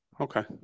okay